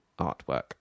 artwork